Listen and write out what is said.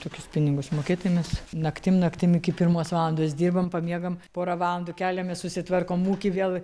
tokius pinigus mokėti nes naktim naktim iki pirmos valandos dirbam pamiegam porą valandų keliamės susitvarkom ūkį vėl